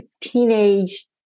teenage